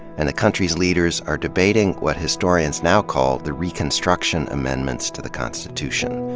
and the country's leaders are debating what historians now call the reconstruction amendments to the constitution.